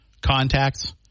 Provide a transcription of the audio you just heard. contacts